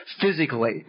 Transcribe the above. physically